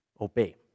obey